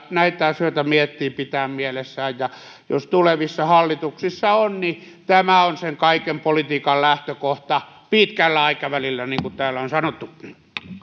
näitä asioita miettii pitää mielessään jos tulevissa hallituksissa on niin tämä on sen kaiken politiikan lähtökohta pitkällä aikavälillä niin kuin täällä on sanottukin